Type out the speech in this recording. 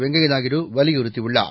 வெங்கைய நாயுடு வலியுறுத்தியுள்ளார்